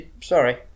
Sorry